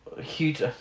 huge